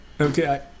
Okay